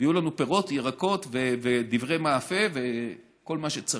יהיו לנו פירות, ירקות ודברי מאפה וכל מה שצריך,